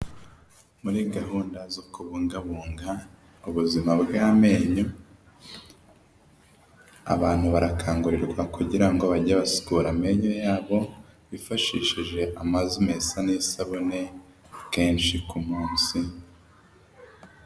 Muri gahunda zo kubungabunga ubuzima bw'amenyo abantu barakangurirwa kugira ngo bajye basukura amenyo yabo bifashishije amazi meza n'isabune kenshi ku munsi.